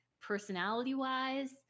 personality-wise